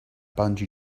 bungee